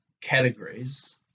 categories